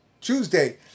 Tuesday